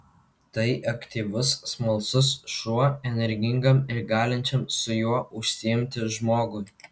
tai aktyvus smalsus šuo energingam ir galinčiam su juo užsiimti žmogui